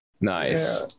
Nice